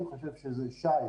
אני חושב שזה שי,